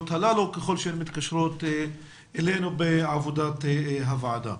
הללו ככל שהן מתקשרות אלינו בעבודת הוועדה.